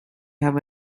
have